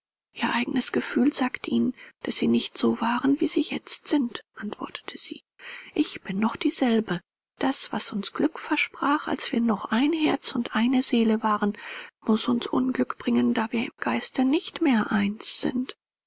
ihr eigenes gefühl sagt ihnen daß sie nicht so waren wie sie jetzt sind antwortete sie ich bin noch dieselbe das was uns glück versprach als wir noch ein herz und eine seele waren muß uns unglück bringen da wir im geiste nicht mehr eins sind